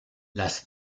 las